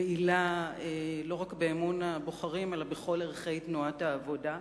מעילה לא רק באמון הבוחרים אלא בכל ערכי תנועת העבודה,